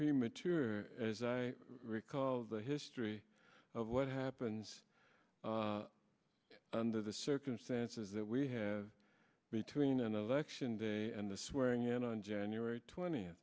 premature as i recall the history of what happens under the circumstances that we have between an election day and the swearing in on january twent